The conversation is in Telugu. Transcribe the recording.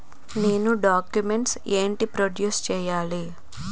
నేను డాక్యుమెంట్స్ ఏంటి ప్రొడ్యూస్ చెయ్యాలి?